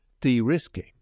de-risking